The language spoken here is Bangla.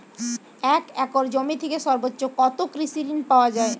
এক একর জমি থেকে সর্বোচ্চ কত কৃষিঋণ পাওয়া য়ায়?